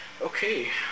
Okay